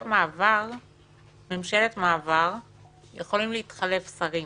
ממש לא, אין דבר כזה.